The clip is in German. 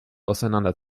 auseinander